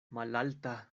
malalta